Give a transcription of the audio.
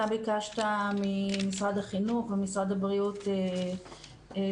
אתה ביקשת ממשרד החינוך ומשרד הבריאות להיפגש,